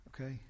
Okay